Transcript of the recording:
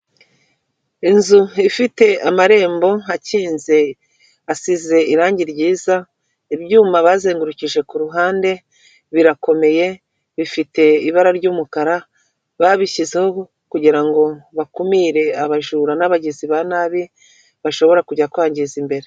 Inzu ifite amarembo akinze, asize irangi ryiza, ibyuma bazengurukije kuhande birakomeye bifite ibara ry'umukara, babishyizeho kugirango bakumire abajura n'abagizi ba nabi, bashobora kujya kwangiza imbere.